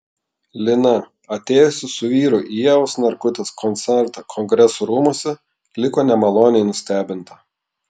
lina atėjusi su vyru į ievos narkutės koncertą kongresų rūmuose liko nemaloniai nustebinta